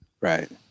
Right